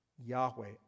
Yahweh